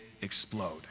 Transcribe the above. explode